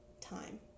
time